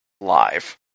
live